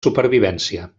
supervivència